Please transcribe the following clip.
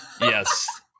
Yes